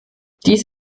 dies